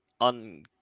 on